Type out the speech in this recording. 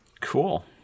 Cool